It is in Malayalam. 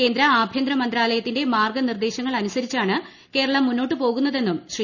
കേന്ദ്ര ആഭ്യന്തര മന്ത്രാലയത്തി ന്റെ മാർഗനിർദേശങ്ങൾ അനുസരിച്ചാണ് കേരളം മുന്നോട്ടുപോ കുന്നതെന്നും ശ്രീ